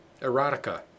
Erotica